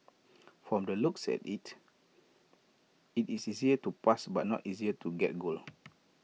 from the looks at IT it is easier to pass but not easier to get goal